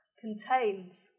contains